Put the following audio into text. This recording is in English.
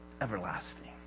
everlasting